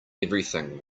everything